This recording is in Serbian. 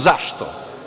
Zašto?